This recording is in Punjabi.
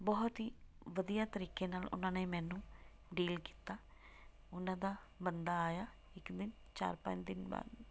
ਬਹੁਤ ਹੀ ਵਧੀਆ ਤਰੀਕੇ ਨਾਲ ਉਹਨਾਂ ਨੇ ਮੈਨੂੰ ਡੀਲ ਕੀਤਾ ਉਹਨਾਂ ਦਾ ਬੰਦਾ ਆਇਆ ਇੱਕ ਦਿਨ ਚਾਰ ਪੰਜ ਦਿਨ ਬਾਅਦ